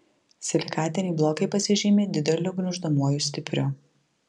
silikatiniai blokai pasižymi dideliu gniuždomuoju stipriu